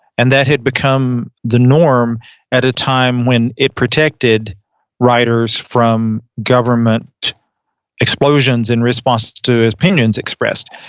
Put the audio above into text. and that had become the norm at a time when it protected writers from government explosions in response to his opinions expressed.